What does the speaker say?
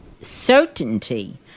certainty